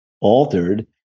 altered